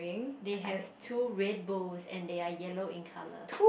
they have two red bows and they are yellow in colour